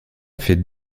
fait